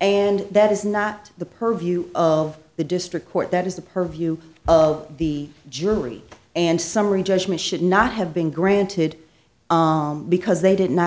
and that is not the purview of the district court that is the purview of the jury and summary judgment should not have been granted because they did not